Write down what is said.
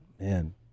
man